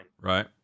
Right